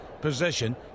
position